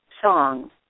song